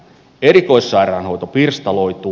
erikoissairaanhoito pirstaloituu